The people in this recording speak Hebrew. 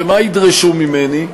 מה ידרשו ממני?